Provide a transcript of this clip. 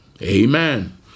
Amen